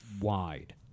wide